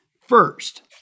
First